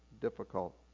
difficult